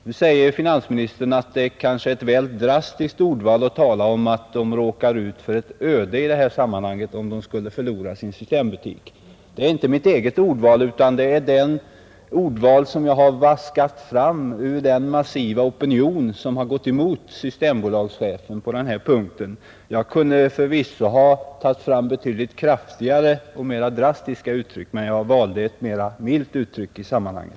Nu säger finansministern att det är ett kanske väl drastiskt ordval att säga att man råkar ut för ett öde, om man skulle förlora sin systembutik. Ordvalet är inte mitt eget utan det är vad jag har vaskat fram ur den massiva opinion som har gått emot Systembolagschefen på denna punkt. Jag kunde förvisso ha tagit till betydligt kraftigare och mera drastiska uttryck, men jag valde ett mildare ord i detta sammanhang.